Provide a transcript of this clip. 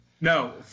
No